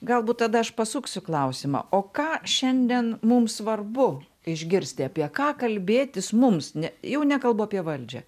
galbūt tada aš pasuksiu klausimą o ką šiandien mum svarbu išgirsti apie ką kalbėtis mums ne jau nekalbu apie valdžią